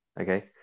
okay